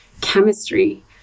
chemistry